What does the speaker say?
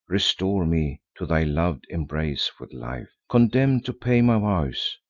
restore me to thy lov'd embrace with life, condemn'd to pay my vows,